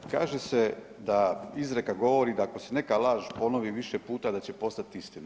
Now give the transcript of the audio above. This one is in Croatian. Kaže se da izreka govori da ako se neka laž ponovi više puta da će postati istina.